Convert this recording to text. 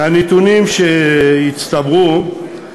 מהנתונים שהצטברו,